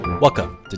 Welcome